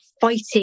fighting